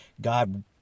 God